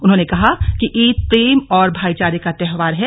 उन्होंने कहा कि ईद प्रेम और भाईचारे का त्योहार है